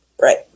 Right